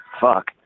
fuck